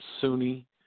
Sunni